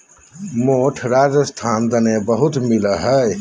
मोठ राजस्थान दने बहुत मिलो हय